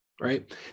right